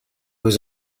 was